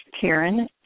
Karen